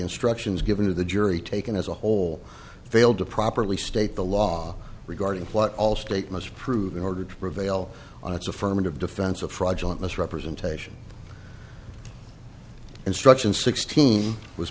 instructions given to the jury taken as a whole failed to properly state the law regarding what all state must prove in order to prevail on its affirmative defense of fraudulent misrepresentation instruction sixteen was